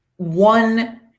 one